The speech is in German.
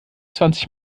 zwanzig